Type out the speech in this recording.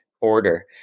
order